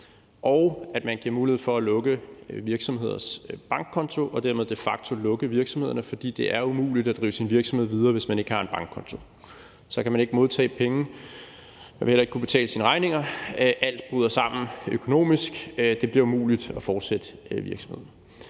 og at man giver mulighed for at lukke virksomheders bankkonto og dermed de facto lukke virksomhederne, fordi det er umuligt at drive sin virksomhed videre, hvis man ikke har en bankkonto. Så kan man ikke modtage penge, og man vil heller ikke kunne betale sine regninger; alt bryder sammen økonomisk, og det bliver umuligt at fortsætte virksomheden.